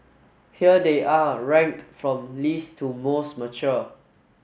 here they are ranked from least to most mature